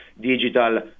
digital